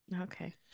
Okay